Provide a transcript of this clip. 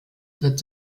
wird